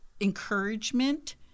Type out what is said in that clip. encouragement